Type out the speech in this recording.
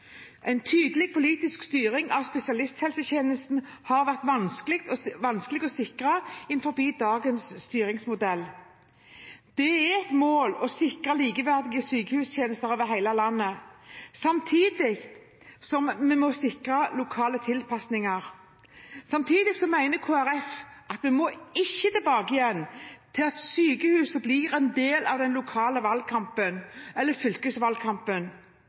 En tydelig politisk styring av spesialisthelsetjenesten har vært vanskelig å sikre innenfor dagens styringsmodell. Det er et mål å sikre likeverdige sykehustjenester over hele landet, samtidig som vi må sikre lokale tilpasninger. Kristelig Folkeparti mener at vi ikke må tilbake til at sykehusene blir en del av lokalvalgkampen eller fylkesvalgkampen.